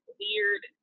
weird